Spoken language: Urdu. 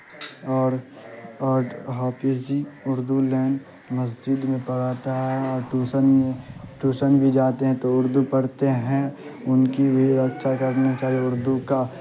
اور اور حافظ جی اردو لین مسجد میں پڑھاتا ہے اور ٹوسن میں ٹوشن بھی جاتے ہیں تو اردو پڑھتے ہیں ان کی بھی رکشا کرنا چاہیے اردو کا